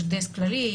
יש דסק כללי,